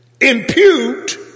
impute